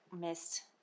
missed